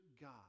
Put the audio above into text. God